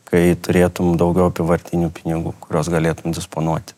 kai turėtum daugiau apyvartinių pinigų kuriuos galėtum disponuoti